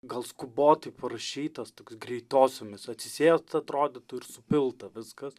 gal skubotai parašytas toks greitosiomis atsisėsta atrodytų ir supilta viskas